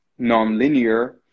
nonlinear